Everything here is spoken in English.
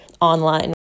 online